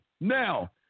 Now